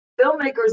filmmakers